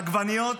עגבניות,